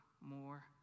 more